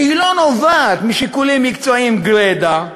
שהיא לא נובעת משיקולים מקצועיים גרידא,